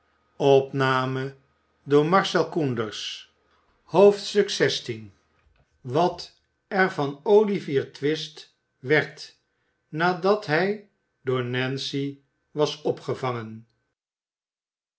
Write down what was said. xvi wat er tan olivier twist werd nadat hij door nancy was opgevangen